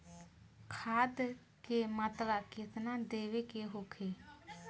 खाध के मात्रा केतना देवे के होखे?